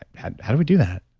and how how do we do that?